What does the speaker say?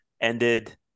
ended